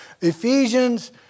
Ephesians